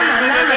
אדוני השר.